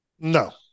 No